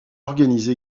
organise